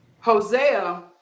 Hosea